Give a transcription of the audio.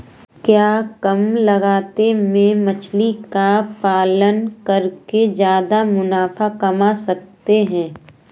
क्या कम लागत में मछली का पालन करके ज्यादा मुनाफा कमा सकते हैं?